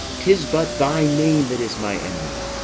tis but thy name that is my enemy.